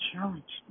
Challenge